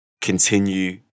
continue